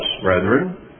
brethren